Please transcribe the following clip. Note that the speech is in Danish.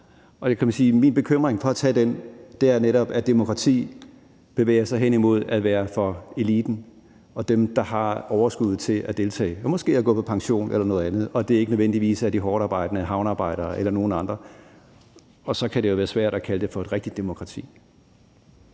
Og min bekymring, for at tage den, er netop, at demokratiet bevæger sig hen imod at være for eliten og dem, der har overskuddet til at deltage, som måske er gået på pension eller noget andet, og at det ikke nødvendigvis er de hårdtarbejdende havnearbejdere eller andre, og så kan det jo være svært at kalde det for et rigtigt demokrati.